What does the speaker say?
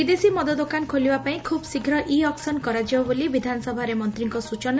ବିଦେଶୀ ମଦଦୋକାନ ଖୋଲିବା ପାଇଁ ଖୁବ୍ ଶୀଘ୍ର ଇ ଅକ୍ସନ କରାଯିବ ବୋଲି ବିଧାନସଭାରେ ମନ୍ତୀଙ୍କ ସୂଚନା